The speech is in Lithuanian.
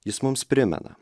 jis mums primena